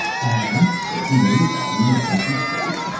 and taking any volume of empty space,